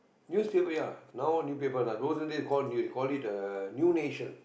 newspaper ya now new paper olden day call no they call it the new nation